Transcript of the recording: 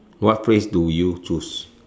what phrase do you choose